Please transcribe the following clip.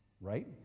right